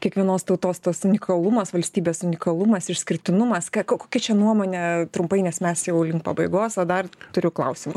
kiekvienos tautos tas unikalumas valstybės unikalumas išskirtinumas kokia čia nuomone trumpai nes mes jau link pabaigos o dar turiu klausimų